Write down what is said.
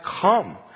come